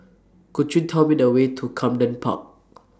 Could YOU Tell Me The Way to Camden Park